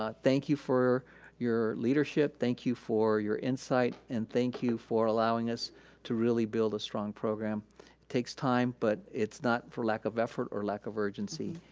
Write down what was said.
thank you for your leadership, thank you for your insight and thank you for allowing us to really build a strong program. it takes time but it's not for lack of effort or lack of urgency.